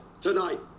tonight